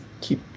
keep